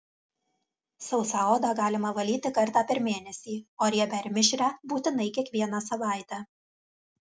sausą odą galima valyti kartą per mėnesį o riebią ir mišrią būtinai kiekvieną savaitę